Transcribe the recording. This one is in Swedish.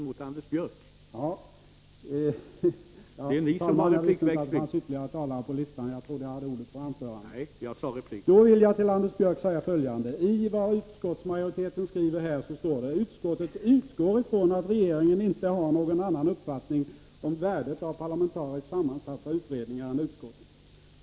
Men då vill jag till Anders Björck säga följande: I utskottsmajoritetens skrivning står: ”Utskottet utgår ifrån att regeringen inte har någon annan uppfattning om värdet av parlamentariskt sammansatta utredningar än utskottet.